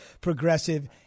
progressive